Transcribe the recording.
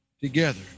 together